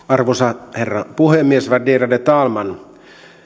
arvoisa herra puhemies värderade talman